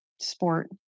sport